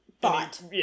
Thought